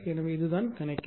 எனவே இதுதான் கணக்கீடு